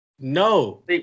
No